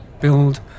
build